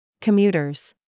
Commuters